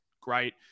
great